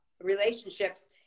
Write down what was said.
relationships